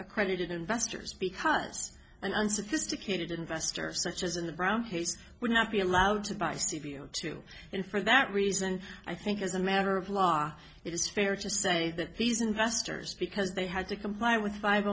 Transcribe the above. accredited investors because an unsophisticated investor such as a brown his would not be allowed to buy steve you too and for that reason i think as a matter of law it is fair to say that these investors because they had to comply with